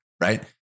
right